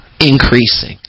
increasing